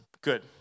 good